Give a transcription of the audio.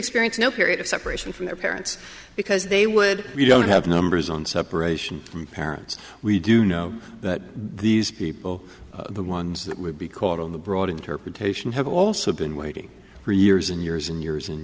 experience no period of separation from their parents because they would we don't have numbers on separation from parents we do know that these people the ones that would be called on the broad interpretation have also been waiting for years and years and years and